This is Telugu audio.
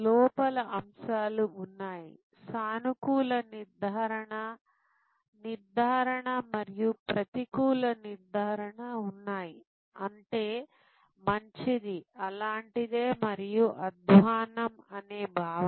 లోపల అంశాలు ఉన్నాయి సానుకూల నిర్ధారణ నిర్ధారణ మరియు ప్రతికూల నిర్ధారణ ఉన్నాయి అంటే మంచిది అలాంటిదే మరియు అధ్వాన్నం అనే భావన